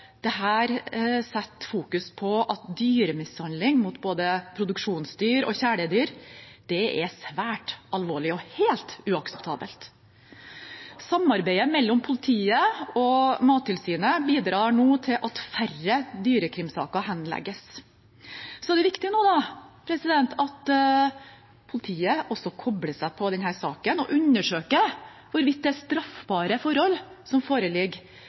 dyremishandling mot både produksjonsdyr og kjæledyr er svært alvorlig og helt uakseptabelt. Samarbeidet mellom politiet og Mattilsynet bidrar nå til at færre dyrekrimsaker henlegges. Det er nå viktig at politiet også kobler seg på denne saken og undersøker hvorvidt det foreligger straffbare forhold